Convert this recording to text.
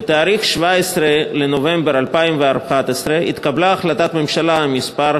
ב-17 באפריל 2011 התקבלה החלטת הממשלה מס'